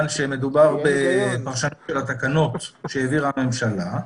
שמדובר בפרשנות של התקנות שהעבירה הממשלה.